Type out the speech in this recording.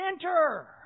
enter